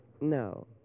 No